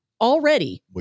Already